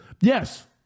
yes